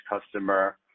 customer